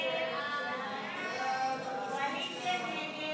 ההסתייגות (7) של קבוצת סיעת ישראל ביתנו וקבוצת סיעת יש עתיד-תל"ם